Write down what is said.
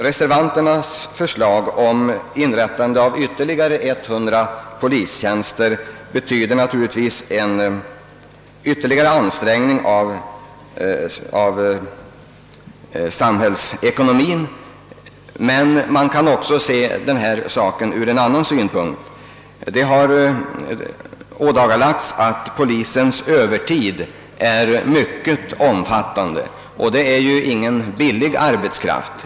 Reservanternas förslag om inrättande av ytterligare 100 polistjänster betyder naturligtvis en ökad belastning på statsutgifterna. Men man kan också se denna fråga ur en annan synpunkt. Det har ådagalagts att polisens övertid är mycket omfattande, och det är ju inte någon billig arbetskraft.